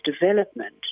development